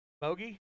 Bogey